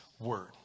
word